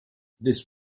this